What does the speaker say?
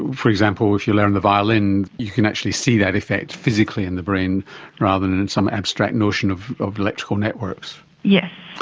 for example, if you learn the violin you can actually see that effect physically in the brain rather than and some abstract notion of of electrical networks. yes.